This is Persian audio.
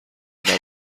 برای